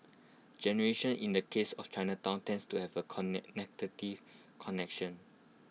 generation in the case of Chinatown tends to have A con connection